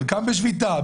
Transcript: חלקם בשביתה,